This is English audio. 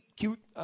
cute